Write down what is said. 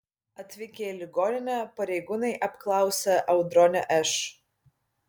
atvykę į ligoninę pareigūnai apklausė audronę š